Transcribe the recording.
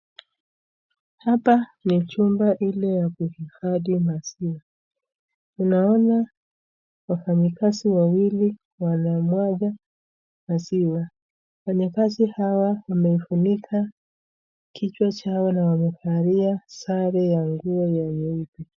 Hapa ni chumba ile ya kuhifadhi maziwa, naona wafanyikazi wawili wanamwaga maziwa. Wafanyikazi hawa wamefunika kichwa chao na wamevalia sare ya nguo ya nyeupe.